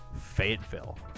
Fayetteville